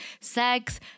sex